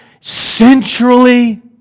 centrally